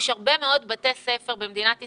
תופתעו לגלות שיש הרבה מאוד בתי ספר במדינת ישראל,